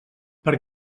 per